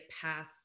path